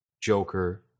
Joker